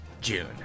june